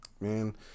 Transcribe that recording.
man